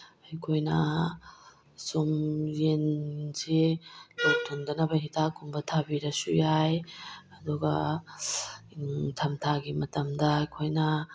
ꯑꯩꯈꯣꯏꯅ ꯁꯨꯝ ꯌꯦꯟꯁꯤ ꯂꯣꯛ ꯊꯨꯡꯗꯅꯕ ꯍꯤꯗꯥꯛ ꯀꯨꯝꯕ ꯊꯥꯕꯤꯔꯁꯨ ꯌꯥꯏ ꯑꯗꯨꯒ ꯅꯤꯡꯊꯝ ꯊꯥꯒꯤ ꯃꯇꯝꯗ ꯑꯩꯈꯣꯏꯅ